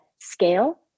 scale